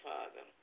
Father